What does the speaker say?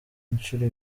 inshuro